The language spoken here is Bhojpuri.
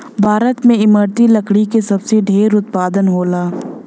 भारत में इमारती लकड़ी क सबसे ढेर उत्पादन होला